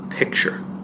picture